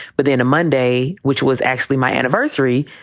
but then a monday, which was actually my anniversary,